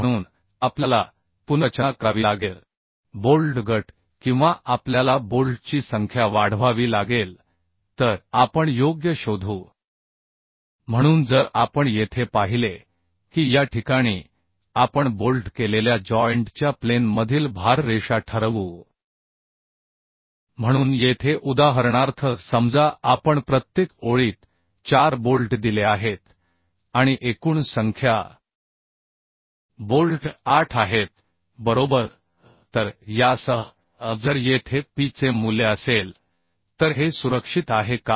म्हणून आपल्याला पुनर्रचना करावी लागेल बोल्ट गट किंवा आपल्याला बोल्टची संख्या वाढवावी लागेल तर आपण योग्य शोधू म्हणून जर आपण येथे पाहिले की या ठिकाणी आपण बोल्ट केलेल्या जॉइंट च्या प्लेन मधील भार रेषा ठरवू म्हणून येथे उदाहरणार्थ समजा आपण प्रत्येक ओळीत चार बोल्ट दिले आहेत आणि एकूण संख्या बोल्ट 8 आहेत बरोबर तर यासह जर येथे P चे मूल्य असेल तर हे सुरक्षित आहे का